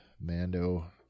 Mando